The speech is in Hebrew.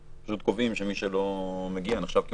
לעומת מצב שבו פשוט קובעים שמי שלא מגיע נחשב כמסכים.